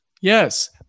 Yes